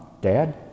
dad